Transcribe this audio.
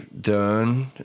done